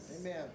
Amen